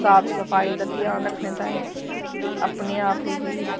साफ सफाई दा ध्यान रक्खने ताईं अपने आप गी